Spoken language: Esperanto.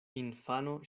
infano